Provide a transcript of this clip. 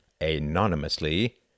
Anonymously